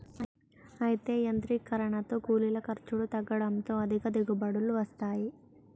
అయితే యాంత్రీకరనతో కూలీల ఖర్చులు తగ్గడంతో అధిక దిగుబడులు వస్తాయి